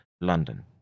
london